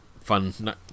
fun